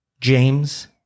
James